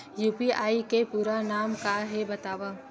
UPI के पूरा नाम का हे बतावव?